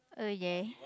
oh yay